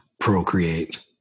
procreate